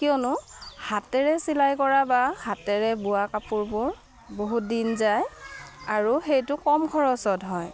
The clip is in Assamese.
কিয়নো হাতেৰে চিলাই কৰা বা হাতেৰে বোৱা কাপোৰবোৰ বহুত দিন যায় আৰু সেইটো কম খৰচত হয়